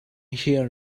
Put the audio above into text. here